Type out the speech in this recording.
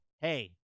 hey